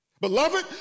Beloved